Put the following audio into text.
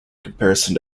comparison